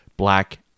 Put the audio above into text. Black